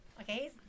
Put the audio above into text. Okay